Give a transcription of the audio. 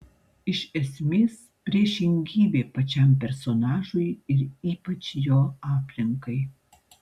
iš esmės priešingybė pačiam personažui ir ypač jo aplinkai